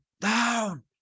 down